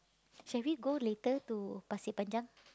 shall we go later to Pasir-Panjang